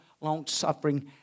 long-suffering